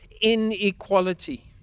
inequality